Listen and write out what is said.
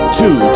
two